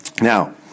Now